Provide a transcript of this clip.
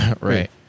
Right